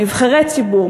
נבחרי ציבור,